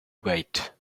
wait